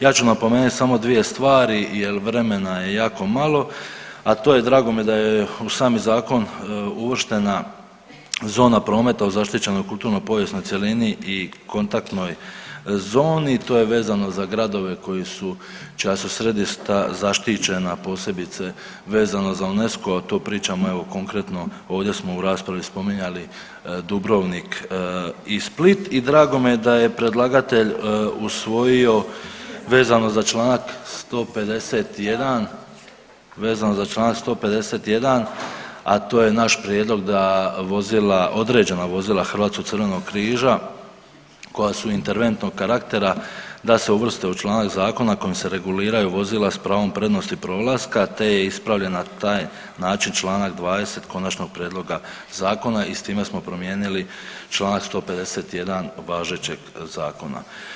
Ja ću napomenut samo dvije stvari jel vremena je jako malo, a to je drago mi je da je u sami zakon uvrštena zona prometa u zaštićenoj kulturnoj povijesnoj cjelini i kontaktnoj zoni, to je vezano za gradove koji su u času središta zaštićena posebice vezano za UNESCO, a to pričamo evo konkretno ovdje smo u raspravi spominjali Dubrovnik i Split i drago mi je da je predlagatelj usvojio vezano za čl. 151., vezano za čl. 151., a to je naš prijedlog da vozila, određena vozila Hrvatskog crvenog križa koja su interventnog karaktera da se uvrste u članak zakona kojim se reguliraju vozila s pravom prednosti prolaska, te je ispravljen na taj način čl. 20. konačnog prijedloga zakona i s time smo promijenili čl. 151. važećeg zakona.